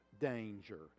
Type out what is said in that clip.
danger